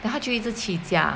then 他就一直起价